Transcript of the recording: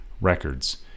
Records